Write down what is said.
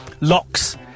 locks